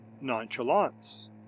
Nonchalance